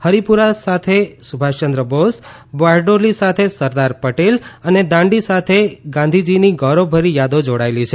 હરિપુરા સાથે સુભાષયંદ્ર બોઝ બારડોલી સાથે સરદાર પટેલ અને અને દાંડી સાથે ગાંધીજીની ગૌરવભરી યાદો જોડાયેલી છે